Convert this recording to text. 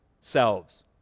selves